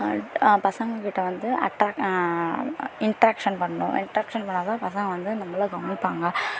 at பசங்கள் கிட்டே வந்து அட்டராக்ட் இன்ட்ராக்ஷன் பண்ணணும் இன்ட்ராக்ஷன் பண்ணிணா தான் பசங்கள் வந்து நம்மள கவனிப்பாங்க